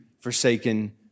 forsaken